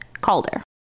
Calder